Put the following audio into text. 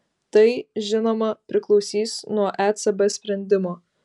tai žinoma priklausys nuo ecb sprendimo